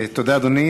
תודה, אדוני.